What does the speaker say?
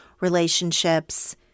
Relationships